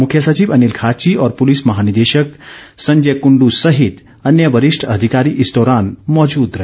मुख्य सचिव अनिल खाची और पुलिस महानिदेशक संजय कुंड् सहित अन्य वरिष्ठ अधिकारी इस दौरान मौजूद रहे